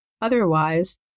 Otherwise